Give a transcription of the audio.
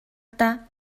даа